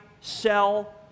sell